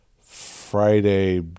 Friday